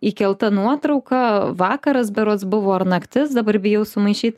įkelta nuotrauka vakaras berods buvo naktis dabar bijau sumaišyt